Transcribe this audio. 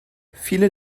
viele